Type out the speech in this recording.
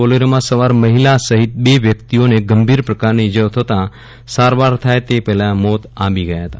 બોલેરોમાં સવાર મહિલા સહિત બે વ્યક્તિઓ ને ગંભીર પ્રકારની ઈજાઓ થતાં સારવાર થાય તે પહેલા મોત આંબી ગયા હતા